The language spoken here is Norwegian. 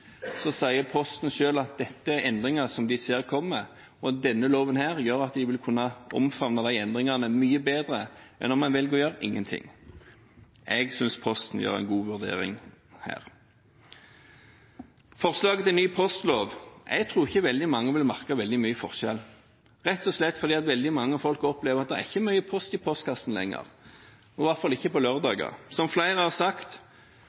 sier Posten selv at dette er endringer de ser kommer. Denne loven gjør at de vil kunne omfavne endringene mye bedre enn om en velger å gjøre ingenting. Jeg synes Posten her gjør en god vurdering. Når det gjelder forslaget til ny postlov, tror jeg ikke mange vil merke veldig mye forskjell, rett og slett fordi mange opplever at det ikke er mye post i postkassen lenger – i hvert fall ikke på lørdager. Som flere har sagt: